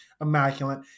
immaculate